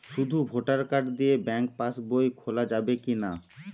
শুধু voter card দিয়ে bank pass বই খোলা যাবে কিনা?